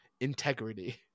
integrity